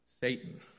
Satan